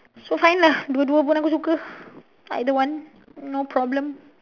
so fine lah dua dua pun aku suka either one no problem